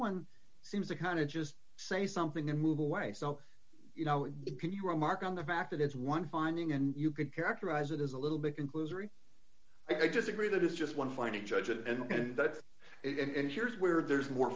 one seems to kind of just say something and move away so you know it can you are mark on the fact that it's one finding and you could characterize it as a little bit conclusory i just agree that is just one finding judge and that's it and here's where there's more